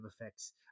effects